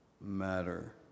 matter